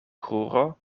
kruro